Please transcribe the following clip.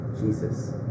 Jesus